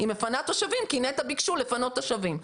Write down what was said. היא מפנה תושבים כי נת"ע ביקשו לפנות תושבים.